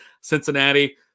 Cincinnati